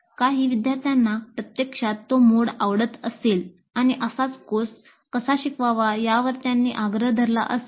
काही विद्यार्थ्यांना प्रत्यक्षात तो मोड आवडत असेल आणि असाच कोर्स कसा शिकवावा यावर त्यांनी आग्रह धरला असेल